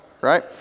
right